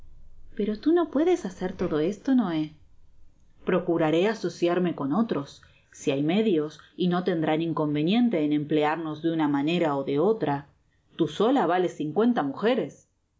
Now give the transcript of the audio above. pero tu no puedes hacer todo esto noé i procuraré asociarme con oiros si hay medio y no tendrán inconveniente en emplearnos de una manera ó de otra tu sola vales cincuenta mujeres